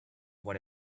what